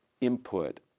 input